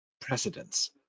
precedents